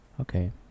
Okay